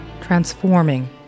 transforming